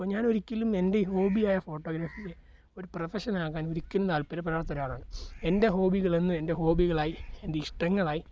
അപ്പോൾ ഞാൻ ഒരിക്കലും എൻ്റെ ഹോബിയായ ഫോട്ടോഗ്രാഫി ഒരു പ്രഫഷനാക്കാൻ ഒരിക്കലും താൽപ്പര്യപ്പെടാത്തൊരാളാണ് എൻ്റെ ഹോബികളെന്നും എൻ്റെ ഹോബികളായി എൻ്റെ ഇഷ്ടങ്ങളായി